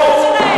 עם טרוריסטים?